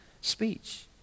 speech